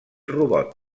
robot